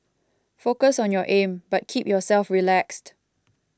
focus on your aim but keep yourself relaxed